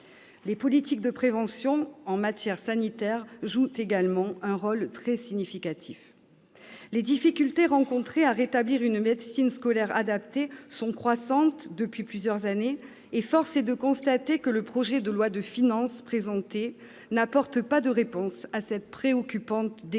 Les politiques de prévention en matière sanitaire jouent également un rôle très important. Les difficultés rencontrées pour rétablir une médecine scolaire adaptée sont croissantes depuis plusieurs années, et force est de constater que ce projet de loi de finances n'apporte pas de réponse à cette préoccupante dégradation.